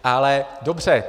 Ale dobře.